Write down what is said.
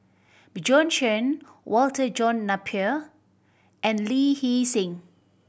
Bjorn Shen Walter John Napier and Lee Hee Seng